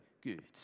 good